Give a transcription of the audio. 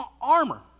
armor